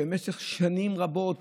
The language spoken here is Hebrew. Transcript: שבמשך שנים רבות,